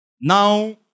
Now